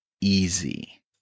easy